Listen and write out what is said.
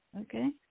okay